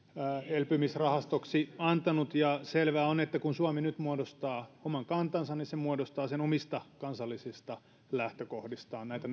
elpymisrahastoksi antanut ja selvää on että kun suomi nyt muodostaa oman kantansa niin se muodostaa sen omista kansallisista lähtökohdistaan näitä